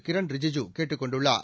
கிரண் ரிஜிஜூ கேட்டுக் கொண்டுள்ளார்